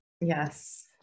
Yes